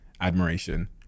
admiration